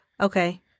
Okay